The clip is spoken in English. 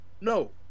No